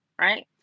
Right